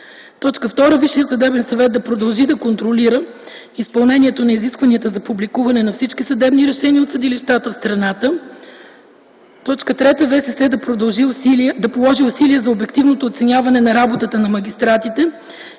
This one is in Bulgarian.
съдебната система. 2. ВСС да продължи да контролира изпълнението на изискването за публикуване на всички съдебни решения от съдилищата в страната. 3. ВСС да положи усилия за обективното оценяване на работата на магистратите